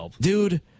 dude